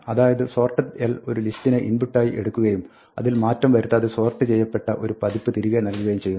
അതായത് sorted ഒരു ലിസ്റ്റിനെ ഇൻപുട്ട് ആയി എടുക്കുകുയും അതിൽ മാറ്റം വരുത്താതെ സോർട്ട് ചെയ്യപ്പെട്ട ഒരു പതിപ്പ് തിരികെ നൽകുകയും ചെയ്യുന്നു